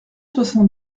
soixante